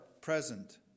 present